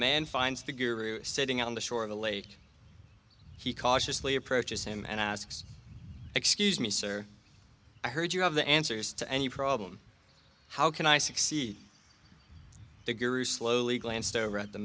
guru sitting on the shore of the lake he cautiously approaches him and asks excuse me sir i heard you have the answers to any problem how can i succeed grew slowly glanced over at the